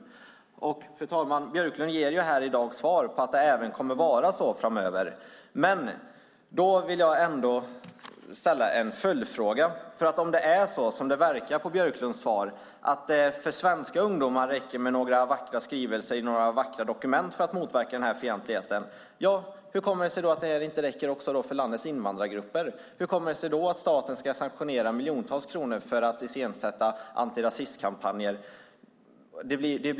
Fru talman! Björklund ger här i dag svaret att det även kommer att vara så framöver. Jag vill ställa en följdfråga. Om det är så, som det verkar av Björklunds svar, att det för svenska ungdomar räcker med några vackra skrivningar i några vackra dokument för att motverka den här fientligheten, hur kommer det sig att det inte räcker också för landets invandrargrupper? Varför ska staten sanktionera att miljontals kronor används för att iscensätta antirasistkampanjer?